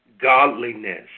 godliness